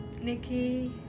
Nikki